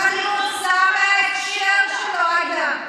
אבל היא הוצאה מההקשר שלה, עאידה.